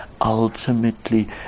ultimately